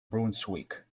brunswick